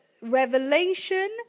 revelation